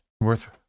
Worth